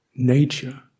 nature